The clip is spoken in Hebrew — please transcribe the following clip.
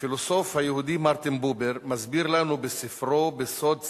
הפילוסוף היהודי מרטין בובר מסביר לנו בספרו "בסוד שיח"